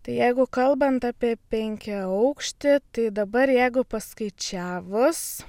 tai jeigu kalbant apie penkiaaukštį tai dabar jeigu paskaičiavus